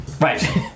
Right